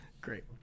Great